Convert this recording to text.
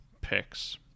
picks